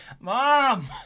mom